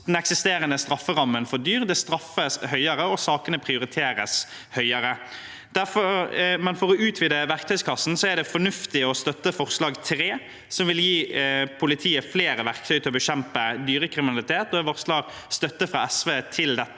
den eksisterende strafferammen for dyr straffes det høyere, og sakene prioriteres høyere. For å utvide verktøykassen er det fornuftig å støtte forslag nr. 3, som vil gi politiet flere verktøy til å bekjempe dyrekriminalitet, og jeg varsler støtte fra SV til dette